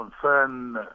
concern